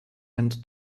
and